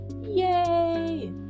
Yay